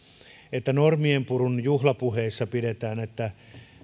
että normienpurun juhlapuheissa sanotaan että